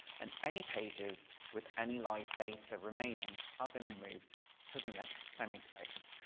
and any pages with any live data remaining are then moved to the next semi-space,